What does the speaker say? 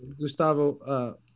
Gustavo